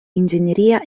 ingegneria